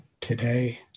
today